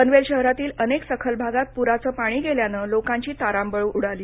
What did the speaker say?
पनवेल शहरातील अनेक सखल भागात प्राचं पाणी गेल्यानं लोकांची तारांबळ उडाली